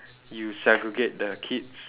you segregate the kids